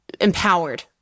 empowered